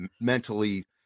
mentally